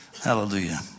Hallelujah